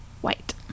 White